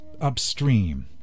upstream